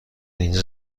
اینجا